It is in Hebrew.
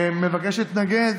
מבקש להתנגד